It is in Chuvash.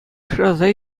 шыраса